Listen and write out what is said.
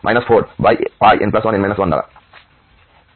সুতরাং an হবে 0 যখন n বিজোড় এবং যখন n জোড় হয় এটি সরলীকৃত হয় 4π n1 দ্বারা